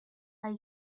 high